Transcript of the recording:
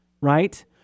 right